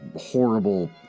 horrible